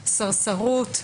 סרסרות,